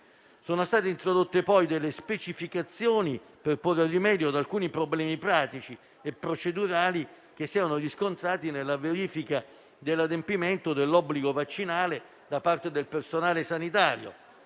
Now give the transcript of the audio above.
Sono state introdotte poi delle specificazioni per porre rimedio ad alcuni problemi pratici e procedurali che siano riscontrati nella verifica dell'adempimento dell'obbligo vaccinale da parte del personale sanitario